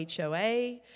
HOA